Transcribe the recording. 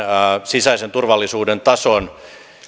sisäisen turvallisuuden tason